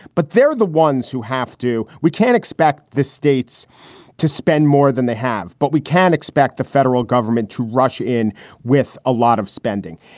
but they're the ones who have to. we can't expect the states to spend more than they have, but we can expect the federal government to rush in with a lot of spending.